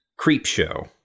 Creepshow